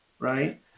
Right